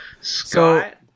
Scott